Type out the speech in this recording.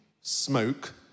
smoke